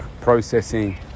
processing